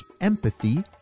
empathy